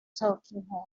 tulkinghorn